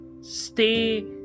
stay